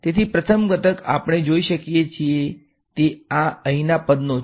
તેથી પ્રથમ ઘટક આપણે જોઈ શકીએ છીએ તે આ અહીંના પદનો છે